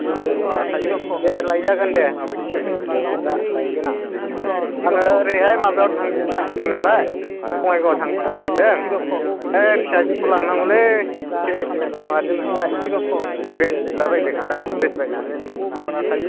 औ दे लायजागोन दे दा लायगोन आं आङो ओरैहाय माबायाव थांनो नागेरदों नालाय बङाइगावआव थांनो नागेरदों बे फिसाजोखौ लांनांगौलै एसे माबादों नालाय बे द्रेस बिलाबायदों नालाय द्रेस बायनानै हैनाओ आं एसे